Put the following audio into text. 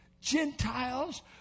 Gentiles